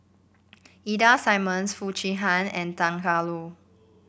Ida Simmons Foo Chee Han and Tan Tarn How